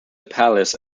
palace